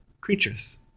creatures